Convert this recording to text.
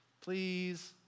please